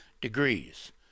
Degrees